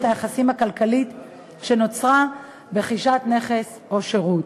היחסים הכלכלית שנוצרה ברכישת נכס או שירות,